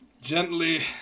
gently